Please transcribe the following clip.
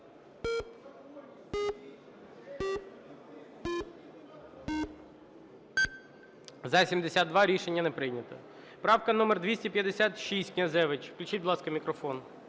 За-72 Рішення не прийнято. Правка номер 256, Князевич. Включіть, будь ласка, мікрофон.